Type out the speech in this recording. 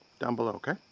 down below, okay?